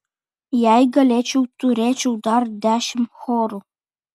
jei galėčiau turėčiau dar dešimt chorų